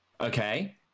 Okay